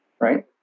right